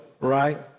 right